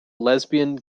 lesbian